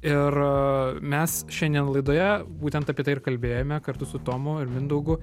ir mes šiandien laidoje būtent apie tai ir kalbėjome kartu su tomu ir mindaugu